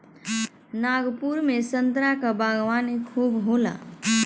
नागपुर में संतरा क बागवानी खूब होला